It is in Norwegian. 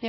Det